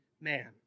man